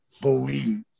believe